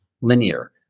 linear